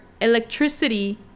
electricity